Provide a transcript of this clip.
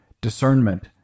discernment